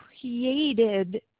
created